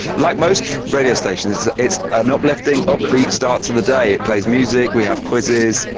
like most radio stations, it's an uplifting, upbeat start to the day, it plays music, we have quizzes,